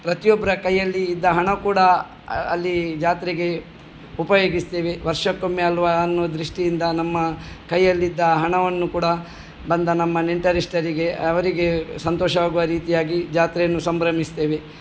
ಪ್ರತಿಯೊಬ್ಬರ ಕೈಯ್ಯಲ್ಲಿ ಇದ್ದ ಹಣ ಕೂಡ ಅಲ್ಲೀ ಜಾತ್ರೆಗೆ ಉಪಯೋಗಿಸ್ತೇವೆ ವರ್ಷಕ್ಕೊಮ್ಮೆ ಅಲ್ವ ಅನ್ನೋ ದೃಷ್ಟಿಯಿಂದ ನಮ್ಮ ಕೈಯ್ಯಲ್ಲಿದ್ದ ಹಣವನ್ನು ಕೂಡ ಬಂದ ನಮ್ಮ ನೆಂಟರಿಷ್ಟರಿಗೆ ಅವರಿಗೆ ಸಂತೋಷವಾಗುವ ರೀತಿಯಾಗಿ ಜಾತ್ರೆಯನ್ನು ಸಂಭ್ರಮಿಸ್ತೇವೆ